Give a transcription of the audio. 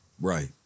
Right